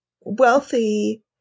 wealthy